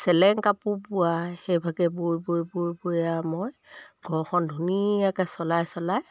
চেলেং কাপোৰ বোৱা সেইভাগে বৈ বৈ বৈ বৈ আৰ মই ঘৰখন ধুনীয়াকৈ চলাই চলাই